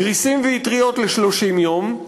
גריסים ואטריות ל-30 יום,